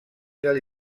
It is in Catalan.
del